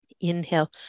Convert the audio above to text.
Inhale